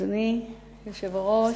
אדוני היושב-ראש,